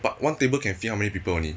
but one table can fit how many people only